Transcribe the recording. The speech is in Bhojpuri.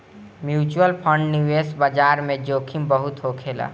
म्यूच्यूअल फंड निवेश बाजार में जोखिम बहुत होखेला